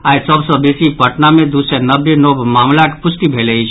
आई सभ सँ बेसी पटना मे द् सय नब्बे नव मामिलाक पुष्टि भेल अछि